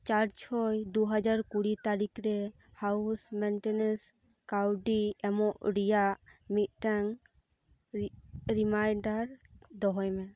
ᱪᱟᱨ ᱪᱷᱚᱭ ᱫᱩᱦᱟᱡᱟᱨ ᱠᱩᱲᱤ ᱛᱟᱨᱤᱠᱷ ᱨᱮ ᱦᱟᱣᱩᱥ ᱢᱮᱭᱱᱴᱮᱱᱮᱱᱥ ᱠᱟᱣᱰᱤ ᱮᱢᱚᱜ ᱨᱮᱭᱟᱜ ᱢᱤᱫᱴᱟᱝ ᱨᱤᱢᱟᱭᱤᱱᱰᱟᱨ ᱫᱚᱦᱚᱭ ᱢᱮ